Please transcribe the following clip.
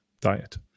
diet